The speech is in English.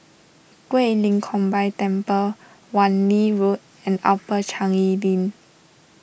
Guilin Combined Temple Wan Lee Road and Upper Changi Link